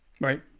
Right